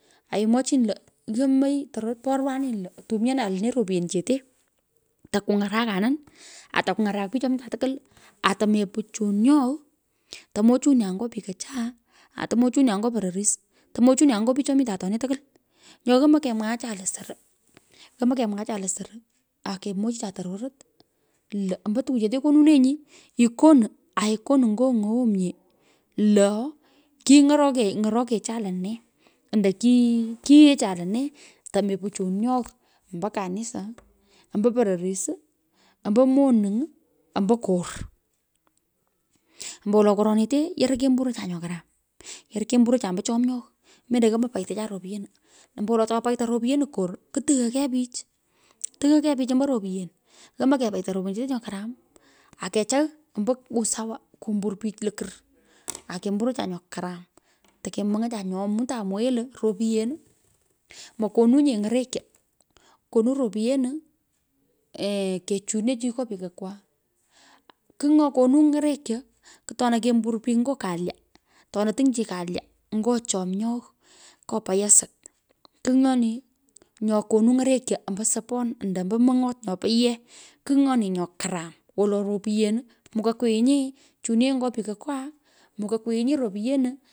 Aimwochini lo. yomoi tororot porwaninyi lo atumianan lene ropyenichete taku ng’arakanin. aa takuny’arak pich cho mitan tukwul. aa temepu chunyoi. tomo chunian ngo pikucha. aa tumo chunia nyo pororis. tomo chunia nyo pich cho mitan oton tukwol. Nyo yomoi kemwaacha. lo soro. yomoi kemwaacha lo soro. akemwochicha tororot. lo ombo tukuchete konunyeni. ikona aikonu nyo ny’oomye. lo kiny’oroke. ny’orokecha lene ando ki. kiecha lene temepo chuny’ogh ombo kanisa. ambo pororis. ombo monuny’. ombo kor ombo wolo korenete yoroi kemborocho nyo karam. igoro. kemburocha embo chomyogh. mendo yomoi peitecha ropyenu ombolo to paita ropyenu kor ku tighoi kei pich. tighoi kei pich ombo ropyen. Vomoi kepaita rupyenichete nyo karam ake chagh ombo usawa. kumabra pich lokur. ake mburocha nyo karam. teke mony’ocha nyo. nyo mitan mwaghe lo. ropyen mokonunye ny’orekyo. konu ropyenu pee kechunio chi nyo pikokwa. Kigh nyo konu ng’orekyo. ku atona ke mbur pich nyo kalya. atona tiny chi kalya nyo chomyogh. nyo payasat. Kigh nyoni nyo kono ny’orekyo ombo sopan ando ombo mong’ot nyopo yee. Kigh nyoni nyo karam. wolo ropyen. mukoi kwiinyi chunienyi ngo pikokwa. mukoi kwiinyi ropyenu.